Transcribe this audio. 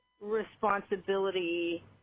responsibility